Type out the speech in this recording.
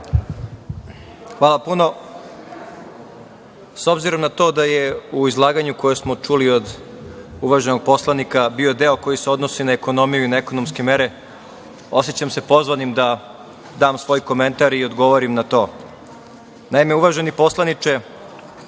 Hvala. Obzirom na to da je u izlaganju koje smo čuli od uvaženog poslanika bio deo koji se odnosi na ekonomiju i na ekonomske mere, osećam se pozvanim da dam svoj komentar i da odgovorim na to. Naime, uvaženi poslaniče,